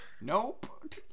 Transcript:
Nope